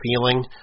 feeling